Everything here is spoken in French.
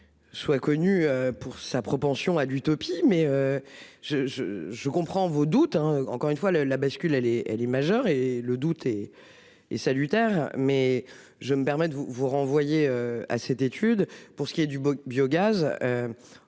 Soit connu pour sa propension à d'utopie mais. Je je je comprends vos doutes encore une fois le la bascule. Elle est elle est majeure et le doute et et salutaire mais je me permets de vous vous renvoyer à cette étude. Pour ce qui est du bogue